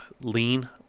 lean